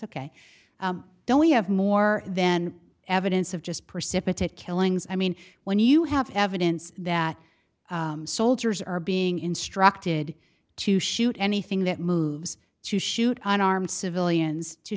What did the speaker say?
ok don't we have more then evidence of just precipitate killings i mean when you have evidence that soldiers are being instructed to shoot anything that moves to shoot unarmed civilians to